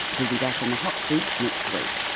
who'll be back in the hot seat next week.